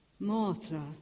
Martha